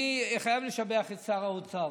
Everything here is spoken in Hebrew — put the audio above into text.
אני חייב לשבח את שר האוצר.